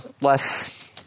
less